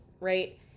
Right